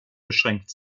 beschränkt